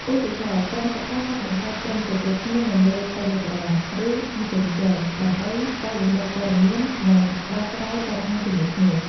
ឧទាហរណ៍ ក្រុមសិក្សាអាចបង្កើតក្រុមជជែកគ្នានៅលើ តេឡេក្រាម (Telegram) ឬ ម៉េសសេនជ័រ (Messenger) ដើម្បីចែករំលែកព័ត៌មាន និងដោះស្រាយបញ្ហាជាមួយគ្នា។